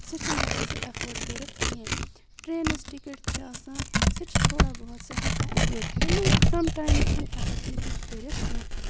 سُہ چھُنہِ ہیٚکان سُہ ایٚفٲڈ کرتھ کیٚنٛہہ ٹرینہِ ہنٛز ٹِکٹ چھ آسان سۄ چھِ تھوڑا بہت سُہ ہیٚکان سُہ ایٚفٲڈ کرتھ مگر سم ٹایمٕز چھنہٕ ہیٚکان تم تِتہِ کٔرتھ کیٚنٛہہ